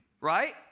Right